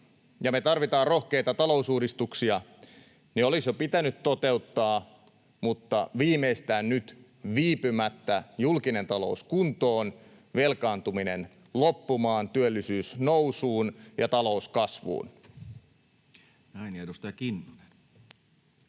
ja me tarvitaan rohkeita talousuudistuksia. Ne olisi jo pitänyt toteuttaa, mutta viimeistään nyt viipymättä julkinen talous kuntoon, velkaantuminen loppumaan, työllisyys nousuun ja talous kasvuun. [Speech 203] Speaker: